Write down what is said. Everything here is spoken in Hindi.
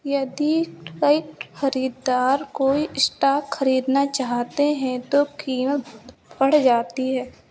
यदि कई खरीददार कोई स्टॉक खरीदना चाहते हैं तो कीमत बढ़ जाती है